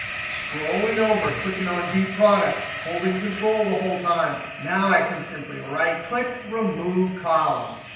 scrolling over, clicking on d products, holding control the whole time. now i can simply right click remove columns.